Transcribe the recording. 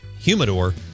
humidor